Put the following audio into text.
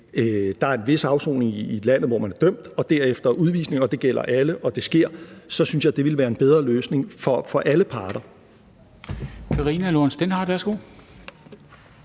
Der er en vis afsoning i landet, hvor man er dømt, og derefter udvisning, og det gælder alle, og det sker, så synes jeg, det ville være en bedre løsning for alle parter.